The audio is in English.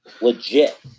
Legit